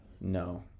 No